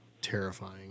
Terrifying